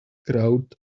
crowd